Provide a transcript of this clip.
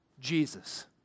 Jesus